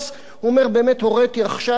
הוא אומר: באמת הוריתי עכשיו את המנכ"ל